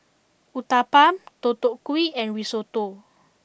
Uthapam Deodeok Gui and Risotto